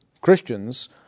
Christians